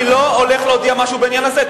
אני לא הולך להודיע משהו בעניין הזה,